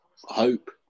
hope